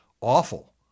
awful